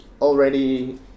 already